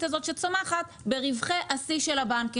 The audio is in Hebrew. הזאת שצומחת ברווחי השיא של הבנקים.